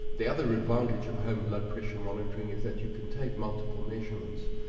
the other advantage of home blood pressure monitoring is that you can take multiple measurements,